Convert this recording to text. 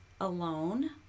alone